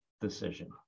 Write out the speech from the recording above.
decision